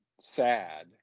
sad